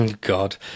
God